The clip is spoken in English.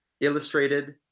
illustrated